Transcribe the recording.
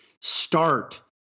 start